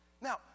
Now